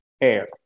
air